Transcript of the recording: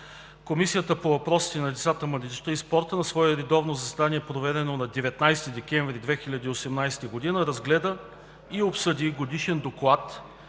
Комисията по въпросите на децата, младежта и спорта на свое редовно заседание, проведено на 19 декември 2018 г., разгледа и обсъди Годишен доклад